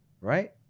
Right